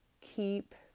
keep